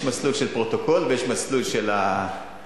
יש מסלול של פרוטוקול ויש מסלול של הפרקטיקה.